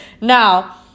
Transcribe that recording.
now